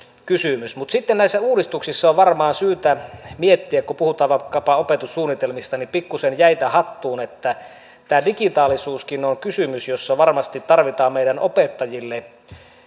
kysymys mutta sitten näissä uudistuksissa on varmaan syytä miettiä kun puhutaan vaikkapa opetussuunnitelmista että pikkuisen jäitä hattuun tämä digitaalisuuskin on kysymys jossa varmasti tarvitaan meidän opettajille